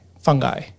fungi